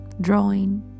drawing